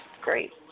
Great